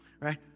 right